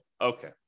Okay